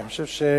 אני חושב שאנחנו,